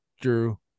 Drew